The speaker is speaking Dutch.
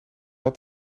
had